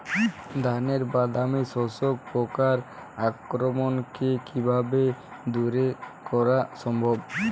ধানের বাদামি শোষক পোকার আক্রমণকে কিভাবে দূরে করা সম্ভব?